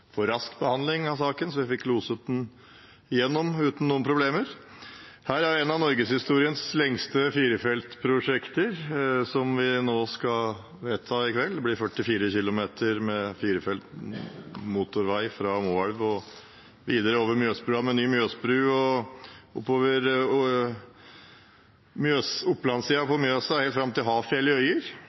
gjelder rask behandling. Vi fikk loset den igjennom uten noen problemer. Det er en av norgeshistoriens lengste firefeltsprosjekter vi skal vedta nå i kveld. Det blir 43 km med firefelts motorvei fra Moelv, videre over Mjøsbrua med ny Mjøsbru og oppover Opplands-siden av Mjøsa, helt fram til Hafjell i Øyer,